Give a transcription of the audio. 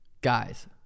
Guys